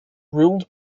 ruled